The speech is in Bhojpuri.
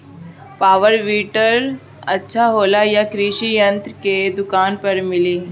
पॉवर वीडर अच्छा होला यह कृषि यंत्र के दुकान पर मिली?